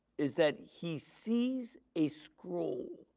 is that he sees a scroll,